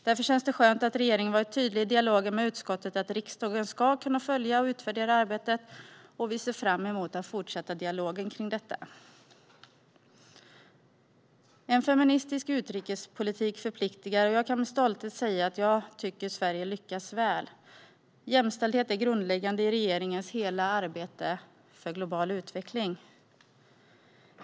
Därför känns det skönt att regeringen i dialogen med utskottet har varit tydlig med att riksdagen ska kunna följa och utvärdera arbetet, och vi ser fram emot att fortsätta dialogen om detta. En feministisk utrikespolitik förpliktar, och jag kan med stolthet säga att jag tycker att Sverige lyckas väl. Jämställdhet är grundläggande i regeringens hela arbete för global utveckling.